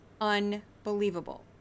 unbelievable